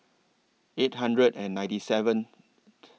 eight hundred and ninety seventh